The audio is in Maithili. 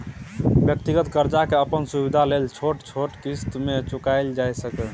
व्यक्तिगत कर्जा के अपन सुविधा लेल छोट छोट क़िस्त में चुकायल जाइ सकेए